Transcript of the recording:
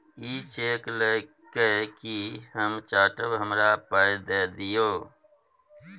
इ चैक लए कय कि हम चाटब? हमरा पाइ दए दियौ